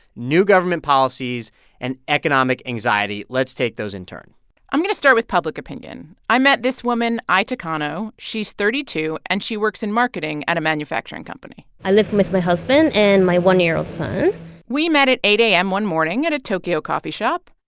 new government policies and economic anxiety. let's take those in turn i'm going to start with public opinion. i met this woman, ai takano. she's thirty two, and she works in marketing at a manufacturing company i live with my husband and my one year old son we met at eight a m. one morning at a tokyo coffee shop.